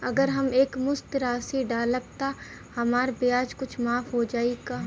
अगर हम एक मुस्त राशी डालब त हमार ब्याज कुछ माफ हो जायी का?